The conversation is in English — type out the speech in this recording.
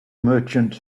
merchant